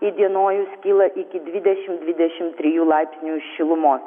įdienojus kyla iki dvidešim dvidešim trijų laipsnių šilumos